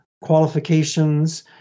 qualifications